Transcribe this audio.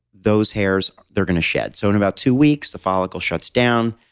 those hairs they're going to shed, so in about two weeks the follicle shuts down.